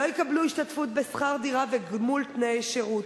לא יקבלו השתתפות בשכר דירה וגמול תנאי שירות.